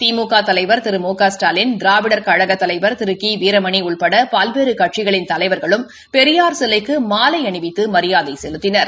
திமுக தலைவர் திரு மு க ஸ்டாலின் திராவிடர் கழக தலைவர் திரு கி வீரமணி உட்பட பல்வேறு கட்சிகளின் தலைவர்களும் பெரியார் சிலைக்கு மாலை அணிவித்து மரியாதை செலுத்தினர்